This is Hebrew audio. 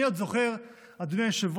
אני עוד זוכר, אדוני היושב-ראש,